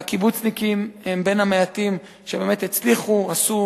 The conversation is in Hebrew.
והקיבוצניקים הם בין המעטים שבאמת הצליחו, עשו